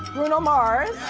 bruno mars.